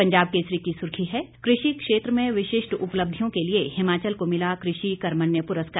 पंजाब केसरी की सुर्खी है कृषि क्षेत्र में विशिष्ट उपलब्धियों के लिए हिमाचल को मिला कृषि कर्मण्य प्रस्कार